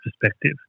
perspective